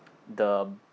the